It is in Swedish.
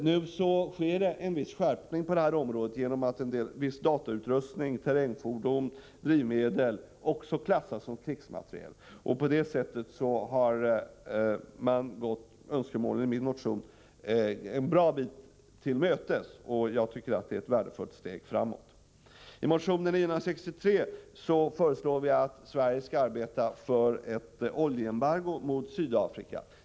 Nu sker det en viss skärpning på detta område genom att viss datautrustning, terrängfordon och drivmedel också klassas som krigsmateriel. Därmed har man gått önskemålen i min motion en bra bit till mötes. Jag tycker att det är ett värdefullt steg framåt. I motion 963 föreslår vi att Sverige skall arbeta för ett oljeembargo mot Sydafrika.